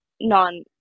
non